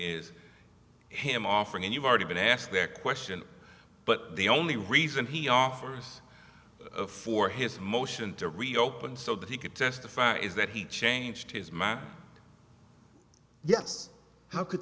is him offering and you've already been asked that question but the only reason he offers for his motion to reopen so that he could testify is that he changed his mind yes how could